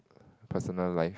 personal life